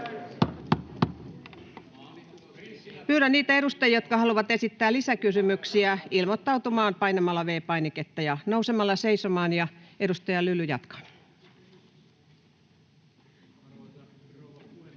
Pyydän niitä edustajia, jotka haluavat esittää lisäkysymyksiä, ilmoittautumaan painamalla V-painiketta ja nousemalla seisomaan. — Edustaja Lyly jatkaa.